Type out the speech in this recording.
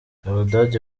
abadage